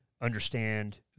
understand